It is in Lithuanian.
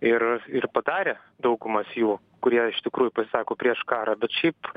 ir ir padarė daugumos jų kurie iš tikrųjų pasisako prieš karą bet šiaip